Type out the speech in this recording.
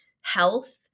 health